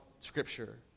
Scripture